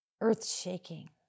earth-shaking